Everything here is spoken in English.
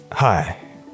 Hi